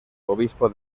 obispo